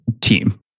team